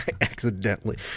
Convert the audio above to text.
Accidentally